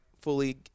fully